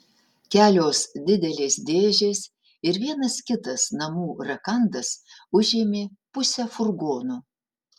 kelios didelės dėžės ir vienas kitas namų rakandas užėmė pusę furgono